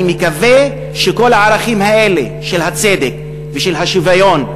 אני מקווה שכל הערכים האלה של הצדק ושל השוויון,